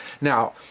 Now